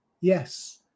yes